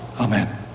Amen